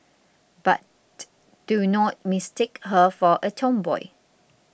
but do not mistake her for a tomboy